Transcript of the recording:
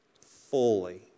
fully